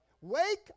Wake